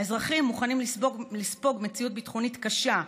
האזרחים מוכנים לספוג מציאות ביטחונית קשה,